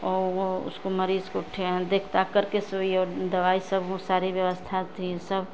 वो उसको मरीज को ठें देख दाख कर सुई और दवाई सब सारी व्यवस्था थी सब